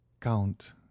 count